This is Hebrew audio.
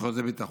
בחוזה ביטחון.